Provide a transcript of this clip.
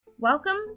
Welcome